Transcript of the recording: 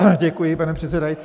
Děkuji, pane předsedající.